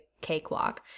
cakewalk